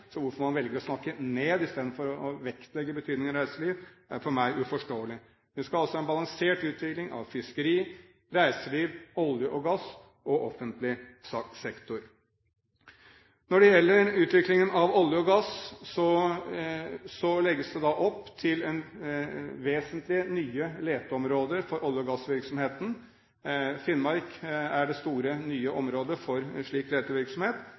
så hvorfor man velger å snakke ned istedenfor å vektlegge betydningen av reiseliv, er for meg uforståelig. Vi skal altså ha en balansert utvikling av fiskeri, reiseliv, olje og gass og offentlig sektor. Når det gjelder utviklingen av olje og gass, legges det opp til vesentlige nye leteområder for olje- og gassvirksomheten. Finnmark er det store nye området for slik letevirksomhet,